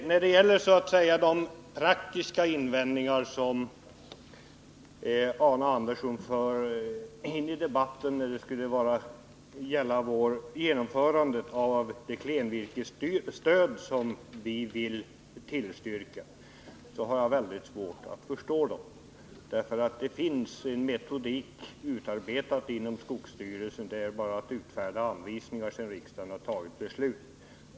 De praktiska invändningar som Arne Andersson förde in i debatten beträffande genomförandet av det klenvirkesstöd som vi vill tillstyrka har jag väldigt svårt att förstå. Det finns en metodik utarbetad inom skogsstyrelsen. Det är bara att utfärda anvisningar sedan riksdagen har fattat beslut.